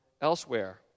elsewhere